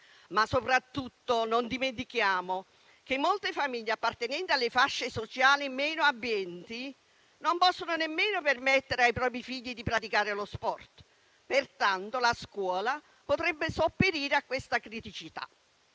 ma soprattutto non dimentichiamo che molte famiglie appartenenti alle fasce sociali meno abbienti non possono nemmeno permettere ai propri figli di praticare lo sport. Pertanto, la scuola potrebbe sopperire a questa criticità.